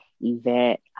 event